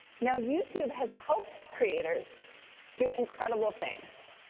now youtube has helped creators do incredible things.